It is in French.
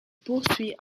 poursuit